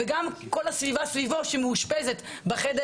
וגם כל הסביבה סביבו שמאושפזת בחדר